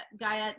Gaia